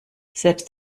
selbst